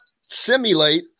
simulate